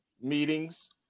meetings